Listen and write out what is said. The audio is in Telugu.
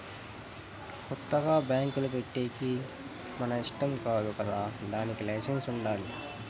కొత్తగా బ్యాంకులు పెట్టేకి మన ఇష్టం కాదు కదా దానికి లైసెన్స్ ఉండాలి